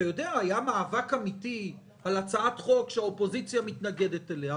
אם היה מאבק אמיתי על הצעת חוק שהאופוזיציה מתנגדת אליה,